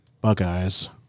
Buckeyes